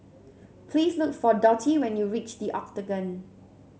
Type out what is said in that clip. please look for Dottie when you reach The Octagon